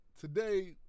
today